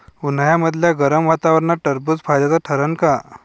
उन्हाळ्यामदल्या गरम वातावरनात टरबुज फायद्याचं ठरन का?